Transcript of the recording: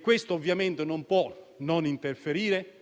Questo ovviamente non può non interferire con l'interrogazione